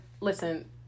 listen